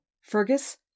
Fergus